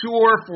sure